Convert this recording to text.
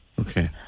Okay